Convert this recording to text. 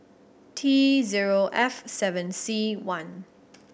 T zero F seven C one